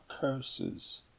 curses